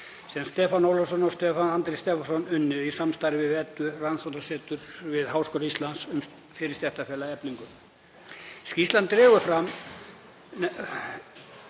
sem Stefán Ólafsson og Stefán Andri Stefánsson unnu í samstarfi við Eddu – rannsóknasetur við Háskóla Íslands fyrir stéttarfélagið Eflingu. Skýrslan dregur fram